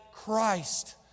Christ